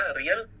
real